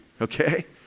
okay